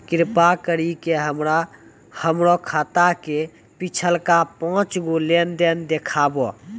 कृपा करि के हमरा हमरो खाता के पिछलका पांच गो लेन देन देखाबो